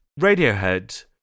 Radiohead